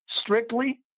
strictly